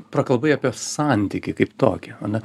prakalbai apie santykį kaip tokį ane